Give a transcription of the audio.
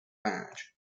badge